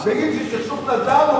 ואם זה סכסוך נדל"ן,